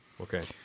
Okay